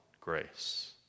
grace